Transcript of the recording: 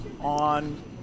on